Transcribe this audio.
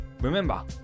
remember